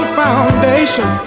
foundation